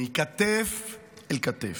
כתף אל כתף,